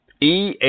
EA